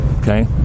Okay